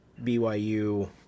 BYU –